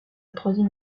troisième